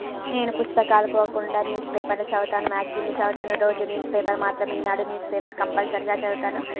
నేను పుస్తకాలు కాకుండా న్యూస్ పేపర్లు చదవుతాను మ్యాగ్జీన్లు చదవుతాను రోజు న్యూస్ పేపర్ మాత్రం ఈనాడు న్యూస్ పేపర్ కంపల్సరీగా చదవుతాను